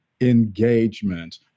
engagement